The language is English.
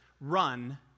run